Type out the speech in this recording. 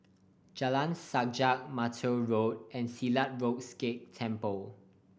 Jalan Sajak Mattar Road and Silat Road Sikh Temple